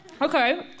Okay